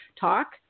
talk